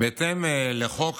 בהתאם לחוק